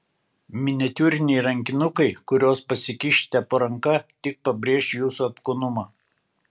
miniatiūriniai rankinukai kuriuos pasikišite po ranka tik pabrėš jūsų apkūnumą